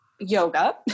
yoga